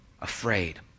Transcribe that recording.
afraid